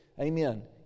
Amen